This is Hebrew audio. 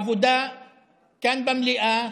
עבודה כאן במליאה,